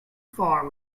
far